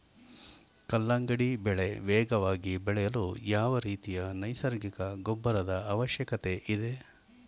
ಕಲ್ಲಂಗಡಿ ಬೆಳೆ ವೇಗವಾಗಿ ಬೆಳೆಯಲು ಯಾವ ರೀತಿಯ ನೈಸರ್ಗಿಕ ಗೊಬ್ಬರದ ಅವಶ್ಯಕತೆ ಇದೆ?